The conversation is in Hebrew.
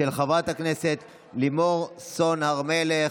של חברת הכנסת לימור סון הר מלך.